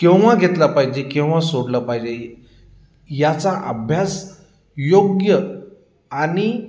केव्हा घेतला पाहिजे केव्हा सोडलं पाहिजे याचा अभ्यास योग्य आणि